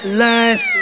life